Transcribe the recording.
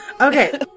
Okay